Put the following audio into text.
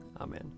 Amen